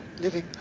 living